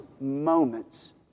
moments